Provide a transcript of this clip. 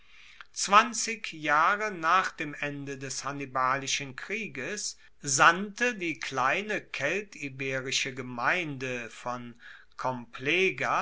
zwanzig jahre nach dem ende des hannibalischen krieges sandte die kleine keltiberische gemeinde von complega